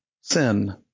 sin